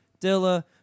Dilla